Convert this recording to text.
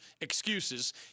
excuses